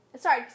Sorry